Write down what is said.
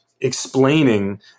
explaining